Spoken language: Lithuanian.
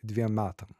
dviem metam